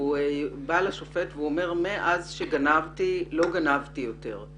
והוא בא לשופט ואומר לו מאז שגנבתי לא גנבתי יותר.